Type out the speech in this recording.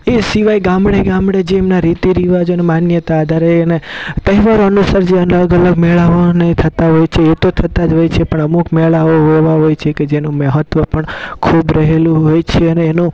એ સિવાય ગામડે ગામડે જે એમના રીતિ રિવાજોને માન્યતા દરે અને તહેવારોનું સર્જન મેળાઓને એ થતાં હોય છે એ તો થતાં જ હોય છે પણ અમુક મેળાઓ એવા હોય છે કે જેનું મહત્ત્વ પણ ખૂબ રહેલું હોય છે અને એનું